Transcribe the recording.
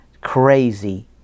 crazy